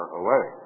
away